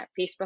Facebook